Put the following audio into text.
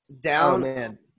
Down